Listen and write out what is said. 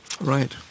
Right